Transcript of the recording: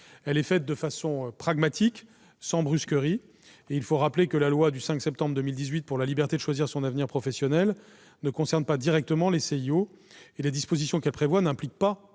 les régions, de façon pragmatique, sans brusquerie. Il faut rappeler que la loi du 5 septembre 2018 pour la liberté de choisir son avenir professionnel ne concerne pas directement les CIO ; les dispositions qu'elle prévoit n'impliquent pas